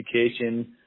education